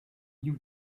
new